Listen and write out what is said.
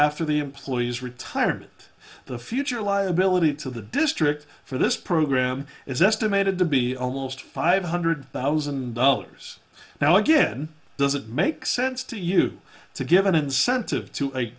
after the employees retired the future liability to the district for this program is estimated to be almost five hundred thousand dollars now again doesn't make sense to you to give an incentive to a